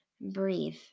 breathe